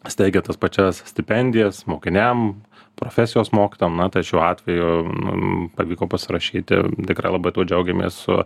steigia tas pačias stipendijas mokiniam profesijos mokytojam na tai šiuo atveju mum pavyko pasirašyti tikrai labai tuo džiaugiamės su